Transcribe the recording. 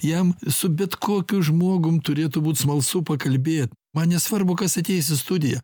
jam su bet kokiu žmogum turėtų būt smalsu pakalbė man nesvarbu kas ateis į studiją